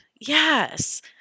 yes